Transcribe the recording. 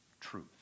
truth